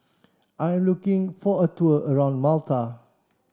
I looking for a tour around Malta